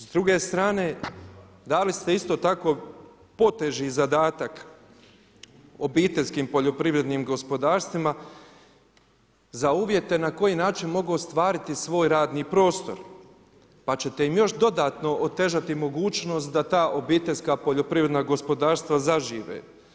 S druge strane, dali ste isto tako poteži zadatak obiteljskim poljoprivrednim gospodarstvima za uvjete na koji način mogu ostvariti svoj radni prostor, pa ćete im još dodatno otežati mogućnost da ta obiteljska poljoprivredna gospodarstva zažive.